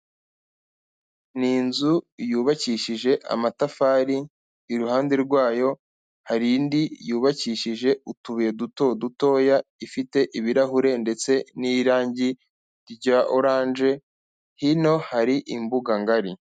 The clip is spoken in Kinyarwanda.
Ni inzu yubakishije amatafari iruhande rwayo hari indi yubakishije utubuye duto dutoya, ifite ibirahure ndetse n'irange rya oranje, hino hari imbuga ngari.